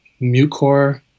mucor